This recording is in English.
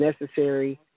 necessary